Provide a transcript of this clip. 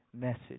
message